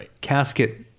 casket